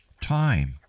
time